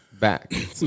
back